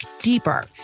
deeper